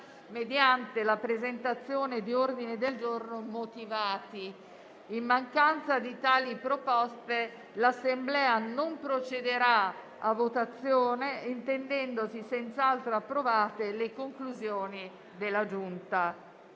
mediante la presentazione di ordini del giorno motivati. In mancanza di tali proposte l'Assemblea non procederà a votazione, intendendosi senz'altro approvate le conclusioni della Giunta.